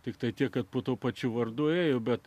tiktai tiek kad po tuo pačiu vardu ėjo jau bet